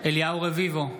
אליהו רביבו,